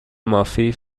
مافی